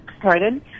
Pardon